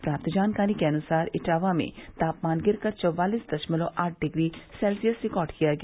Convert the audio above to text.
प्राप्त जानकारी के अनुसार इटावा में तापमान गिरकर चौवालिस दशमलव आठ डिग्री सेल्सियस रिकार्ड किया गया